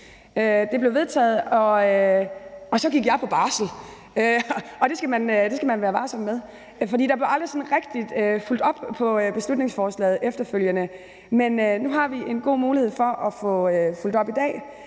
Det blev vedtaget, og så gik jeg på barsel. Det skal man være varsom med, for der blev aldrig sådan rigtig fulgt op på beslutningsforslaget efterfølgende. Men nu har vi en god mulighed for at få fulgt op på det